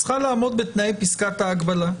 צריכה לעמוד בתנאי פסקת ההגבלה.